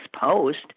Post